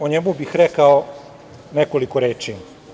O njemu bih rekao nekoliko reči.